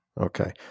Okay